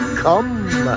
come